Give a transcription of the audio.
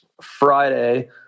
Friday